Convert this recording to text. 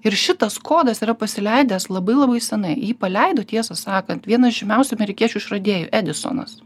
ir šitas kodas yra pasileidęs labai labai senai jį paleido tiesą sakant vienas žymiausių amerikiečių išradėjų edisonas